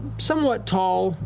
somewhat tall,